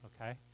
okay